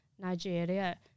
Nigeria